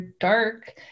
dark